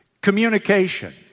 communication